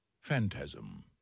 Phantasm